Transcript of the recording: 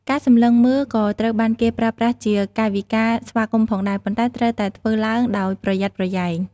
ការសម្លឹងមើល ក៏ត្រូវបានគេប្រើប្រាស់ជាកាយវិការស្វាគមន៍ផងដែរ ប៉ុន្តែត្រូវតែធ្វើឡើងដោយប្រយ័ត្នប្រយែង។